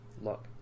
look